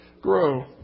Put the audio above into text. grow